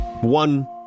One